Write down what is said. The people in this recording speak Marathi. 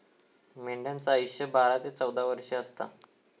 मेंढ्यांचा आयुष्य बारा ते चौदा वर्ष असता